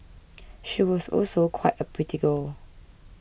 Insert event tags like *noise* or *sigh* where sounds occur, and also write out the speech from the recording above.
*noise* she was also quite a pretty girl